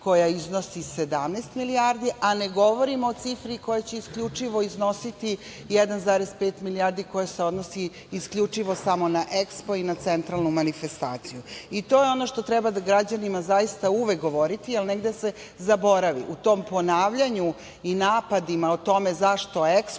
koja iznosi 17 milijardi, a ne govorimo o cifri koja će isključivo iznositi 1,5 milijardi koje se odnose isključivo samo na EKSPO i na centralnu manifestaciju. To je ono što treba građanima uvek govoriti, jer negde se zaboravi. U tom ponavljanju i napadima o tome zašto